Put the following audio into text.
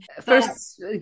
First